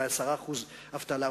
אולי 10% אבטלה,